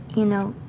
you know,